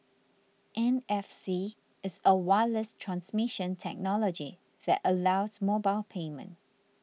N F C is a wireless transmission technology that allows mobile payment